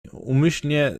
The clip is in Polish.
umyślnie